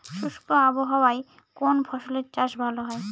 শুষ্ক আবহাওয়ায় কোন ফসলের চাষ ভালো হয়?